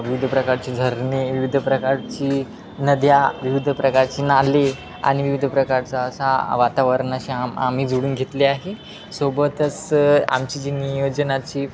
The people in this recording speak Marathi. विविध प्रकारची झरणे विविध प्रकारची नद्या विविध प्रकारची नाली आणि विविध प्रकारचा असा वातावरणाशीे आम आम्ही जोडून घेतले आहे सोबतच आमची जी नियोजनाची